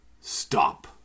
Stop